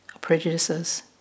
prejudices